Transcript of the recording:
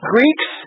Greeks